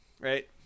right